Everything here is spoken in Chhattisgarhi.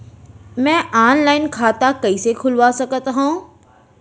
मैं ऑनलाइन खाता कइसे खुलवा सकत हव?